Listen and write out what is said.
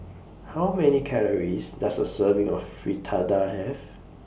How Many Calories Does A Serving of Fritada Have